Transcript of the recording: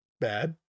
bad